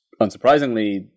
unsurprisingly